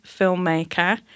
filmmaker